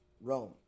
Rome